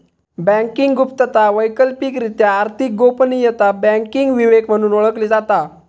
banking गुप्तता, वैकल्पिकरित्या आर्थिक गोपनीयता, बँकिंग विवेक म्हणून ओळखली जाता